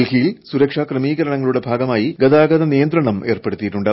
ഡൽഹിയിൽ സുരക്ഷാ ക്രമീകരണങ്ങളുടെ ഭാഗമായി ഗതാഗത നിയന്ത്രണം ഏർപ്പെടുത്തിയിട്ടുണ്ട്